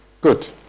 Good